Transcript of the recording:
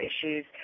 issues